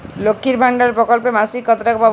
লক্ষ্মীর ভান্ডার প্রকল্পে মাসিক কত টাকা পাব?